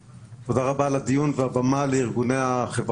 תודה רבה על הדיון ועל נתינת הבמה לארגונים השונים,